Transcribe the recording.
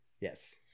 Yes